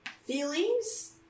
feelings